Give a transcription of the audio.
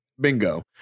Bingo